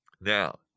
now